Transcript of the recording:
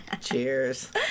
Cheers